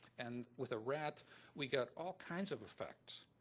and with a rat we got all kinds of effects.